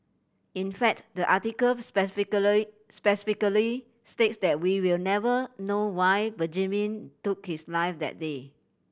in fact the article specifically states that we will never know why Benjamin took his life that day